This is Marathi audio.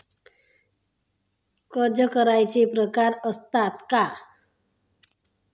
कर्ज कराराचे प्रकार असतात का?